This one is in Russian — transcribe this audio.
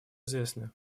известны